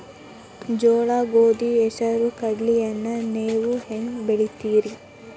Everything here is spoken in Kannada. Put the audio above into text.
ಜೋಳ, ಗೋಧಿ, ಹೆಸರು, ಕಡ್ಲಿಯನ್ನ ನೇವು ಹೆಂಗ್ ಬೆಳಿತಿರಿ?